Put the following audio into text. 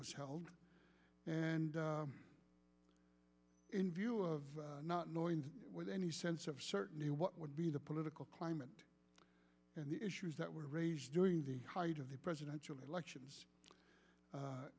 was held and in view of not anointed with any sense of certainty what would be the political climate and the issues that were raised during the height of the presidential elections